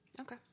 Okay